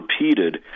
repeated